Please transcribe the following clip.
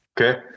Okay